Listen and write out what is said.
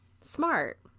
smart